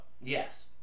yes